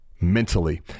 mentally